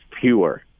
pure